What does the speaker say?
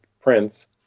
prints